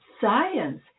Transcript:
Science